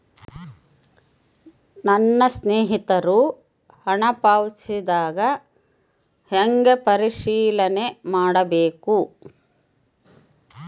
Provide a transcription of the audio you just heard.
ನನ್ನ ಸ್ನೇಹಿತರು ಹಣ ಪಾವತಿಸಿದಾಗ ಹೆಂಗ ಪರಿಶೇಲನೆ ಮಾಡಬೇಕು?